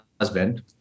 husband